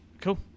Cool